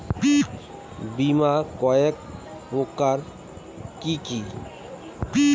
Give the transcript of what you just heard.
বীমা কয় প্রকার কি কি?